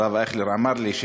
הרב אייכלר אמר לי,